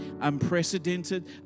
unprecedented